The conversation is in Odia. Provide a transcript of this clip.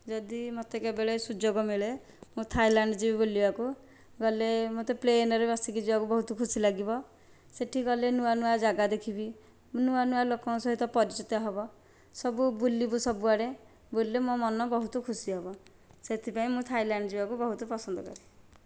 ଯଦି ମୋତେ କେବେଳେ ସୁଯୋଗ ମିଳେ ମୁଁ ଥାଇଲାଣ୍ଡ ଯିବି ବୁଲିବାକୁ ଗଲେ ମୋତେ ପ୍ଲେନେରେ ବସିକି ଯିବାକୁ ବହୁତ ଖୁସି ଲାଗିବ ସେଠି ଗଲେ ନୂଆ ନୂଆ ଜାଗା ଦେଖିବି ନୂଆ ନୂଆ ଲୋକଙ୍କ ସହିତ ପରିଚିତ ହେବ ସବୁ ବୁଲିବୁ ସବୁ ଆଡ଼େ ବୁଲିଲେ ମୋ ମନ ବହୁତୁ ଖୁସି ହେବ ସେଥିପାଇଁ ମୁଁ ଥାଇଲାଣ୍ଡ ଯିବାକୁ ବହୁତ ପସନ୍ଦ କରେ